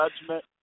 judgment